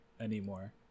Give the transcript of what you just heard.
anymore